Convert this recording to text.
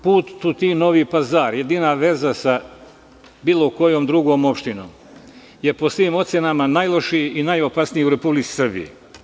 Put Tutin-Novi Pazar je jedina veza sa bilo kojom drugom opštinom i po svim ocenama je najlošiji i najopasniji u Republici Srbiji.